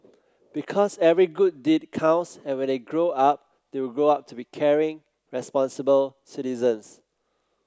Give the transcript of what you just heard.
because every good deed counts and when they grow up they will grow up to be caring responsible citizens